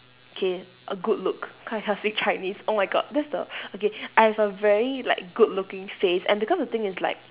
okay a good look cause I can't speak chinese oh my god that's the okay I have a very like good looking face and because the thing is like